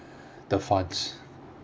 the funds